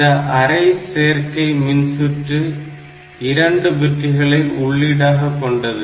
இந்த அரை சேர்க்கை மின்சுற்று 2 பிட்டுகளை உள்ளீடாக கொண்டது